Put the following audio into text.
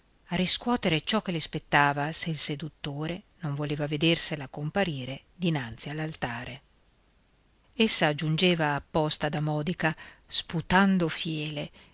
a riscuotere ciò che le spettava se il seduttore non voleva vedersela comparire dinanzi all'altare essa giungeva apposta da modica sputando fiele